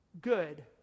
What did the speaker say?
Good